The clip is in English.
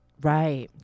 right